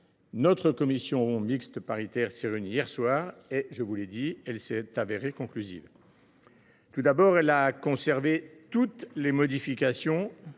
La commission mixte paritaire s’est réunie hier soir. Comme je l’ai indiqué, elle a été conclusive. Tout d’abord, elle a conservé toutes les modifications